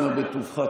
אנא בטובך,